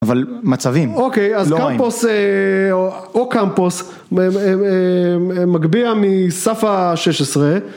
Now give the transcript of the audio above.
אבל מצבים, לא רואים, אוקיי אז קמפוס, או קמפוס, מגביה מסף השש עשרה